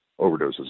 overdoses